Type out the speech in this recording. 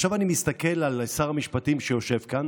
ועכשיו אני מסתכל על שר המשפטים שיושב כאן